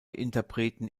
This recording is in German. interpreten